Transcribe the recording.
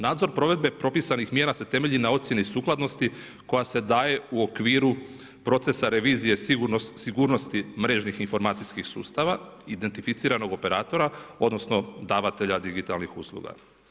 Nadzor provedbe propisanih mjera se temelji na ocjeni sukladnosti koja se daje u okviru procesa revizije sigurnosti mrežnih informacijskih sustava, identificiranog operatora odnosno davatelja digitalnih usluga.